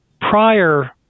prior